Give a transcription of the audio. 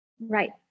right